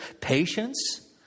Patience